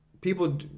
People